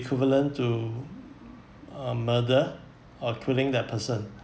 equivalent to uh murder or killing that person